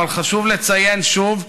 אבל חשוב לציין שוב,